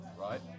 right